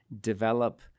develop